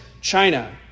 China